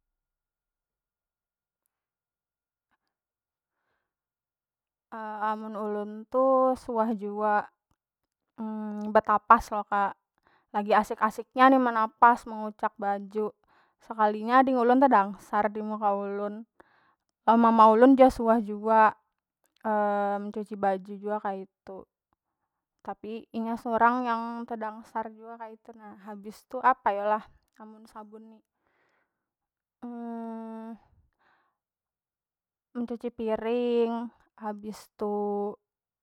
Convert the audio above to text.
amun ulun tu suah jua betapas lo kak lagi asik- asiknya ni menapas, mengucak baju sekalinya ading ulun tu tedangsar dimuka ulun, mama ulun jua suah jua mencuci baju jua kaitu tapi inya sorang yang tedangsar jua kaitu nah habis tu apa yo lah amun sabun ni mencuci piring habis tu